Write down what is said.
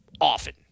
often